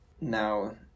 Now